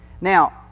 Now